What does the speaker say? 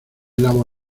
lavo